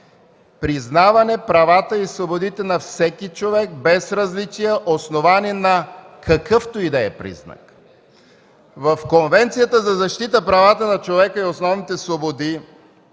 „Признаване правата и свободите на всеки човек без различия, основани на какъвто и да е признак.” В Конвенцията за защита на правата на човека и основните свободи